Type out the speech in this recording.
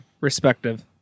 respective